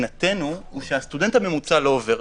מבחינתנו הוא שהסטודנט הממוצע לא עובר.